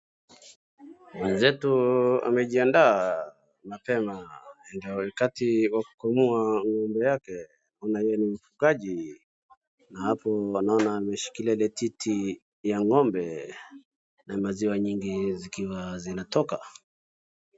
Mwenzetu amejiandaa mapema. Huenda wakati wa kukamua ngo'mbe yake maana yeye ni mfugaji. Na hapo naona ameshikilia ile titi ya ngo'mbe na maziwa nyingi zikiwa zinatoka.